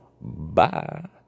bye